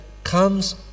comes